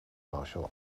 martial